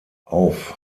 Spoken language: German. auf